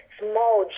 small